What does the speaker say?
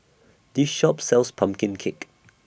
This Shop sells Pumpkin Cake